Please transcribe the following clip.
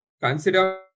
consider